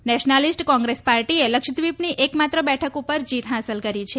nationalist Congress પાર્ટીએ લક્ષદ્વીપની એકમાત્ર બેઠક ઉપર જીત હાંસલ કરી છે